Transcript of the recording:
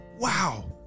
Wow